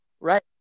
Right